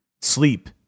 sleep